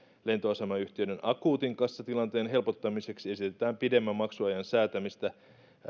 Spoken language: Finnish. lentoasemayhtiöiden akuutin kassatilanteen helpottamiseksi esitetään pidemmän maksuajan säätämistä